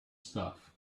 stuff